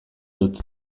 dut